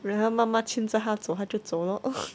then 他妈妈牵着他走他就走 lor